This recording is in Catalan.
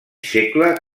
segle